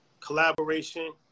collaboration